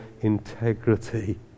integrity